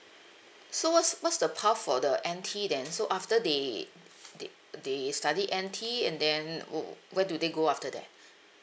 so what's what's the path for the N_T then so after they they they study N_T and then wh~ where do they go after that